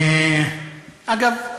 אגב,